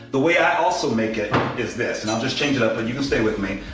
the way i also make it is this and i'll just change it up and you can stay with me.